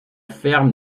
ferme